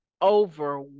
over